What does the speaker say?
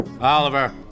Oliver